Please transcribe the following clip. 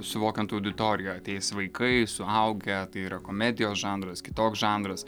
suvokiant auditoriją ateis vaikai suaugę tai yra komedijos žanras kitoks žanras